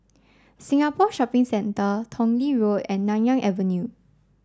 Singapore Shopping Centre Tong Lee Road and Nanyang Avenue